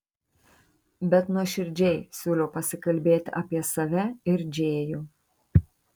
bet nuoširdžiai siūliau pasikalbėti apie save ir džėjų